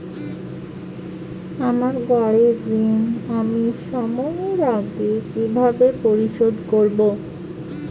আমার গাড়ির ঋণ আমি সময়ের আগে কিভাবে পরিশোধ করবো?